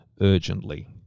urgently